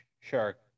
Shark